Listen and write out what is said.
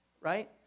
right